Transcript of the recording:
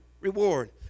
reward